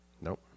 Nope